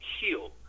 heal